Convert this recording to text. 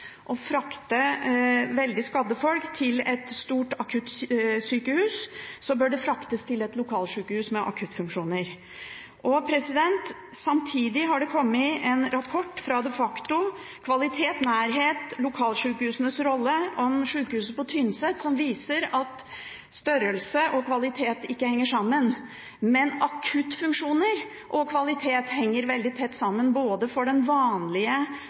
å frakte veldig skadde folk til et stort akuttsykehus, bør de fraktes til et lokalsjukehus med akuttfunksjoner. Samtidig har det kommet en rapport fra De Facto – «Kvalitet og nærhet – lokalsykehusenes rolle» – om sjukehuset på Tynset, som viser at størrelse og kvalitet ikke henger sammen. Men akuttfunksjoner og kvalitet henger veldig tett sammen, både for den vanlige